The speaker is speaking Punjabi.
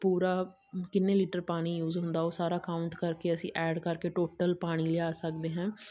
ਪੂਰਾ ਕਿੰਨੇ ਲੀਟਰ ਪਾਣੀ ਯੂਜ਼ ਹੁੰਦਾ ਉਹ ਸਾਰਾ ਕਾਊਂਟ ਕਰਕੇ ਅਸੀਂ ਐਡ ਕਰਕੇ ਟੋਟੋਲ ਪਾਣੀ ਲਿਆ ਸਕਦੇ ਹਾਂ